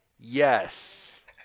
yes